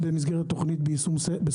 במסגרת תוכנית צריך לעשות את זה בשום שכל.